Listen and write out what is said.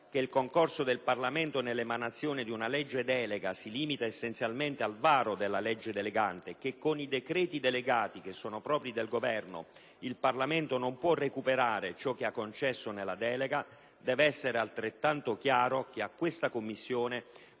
che il concorso del Parlamento nell'emanazione di una legge delega si limita essenzialmente al varo della legge delegante e che con i decreti delegati, propri del Governo, il Parlamento non può recuperare ciò che ha concesso nella delega, deve essere altrettanto chiaro che a questa Commissione